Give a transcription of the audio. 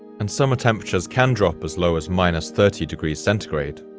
and summer temperatures can drop as low as minus thirty degrees centigrade,